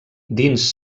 dins